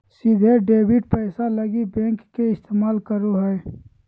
सीधे डेबिट पैसा लगी बैंक के इस्तमाल करो हइ